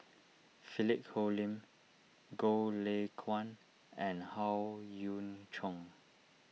Philip Hoalim Goh Lay Kuan and Howe Yoon Chong